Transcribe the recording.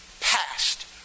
past